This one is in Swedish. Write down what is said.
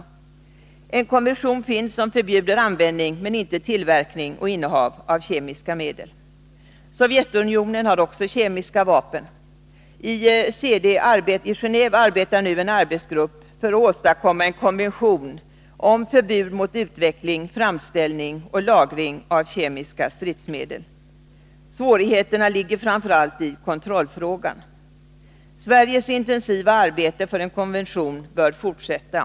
Det finns en kommission som förbjuder användning men inte tillverkning och innehav av kemiska stridsmedel. Också Sovjetunionen har kemiska vapen. I Gené&ve arbetar nu en grupp för att åstadkomma en konvention om förbud mot utveckling, framställning och lagring av kemiska stridsmedel. Vad som är svårt är framför allt att kontrollera ett sådant förbud. Sveriges intensiva arbete för en konvention bör fortsätta.